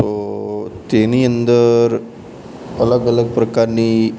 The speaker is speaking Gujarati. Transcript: તો તેની અંદર અલગ અલગ પ્રકારની